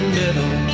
middle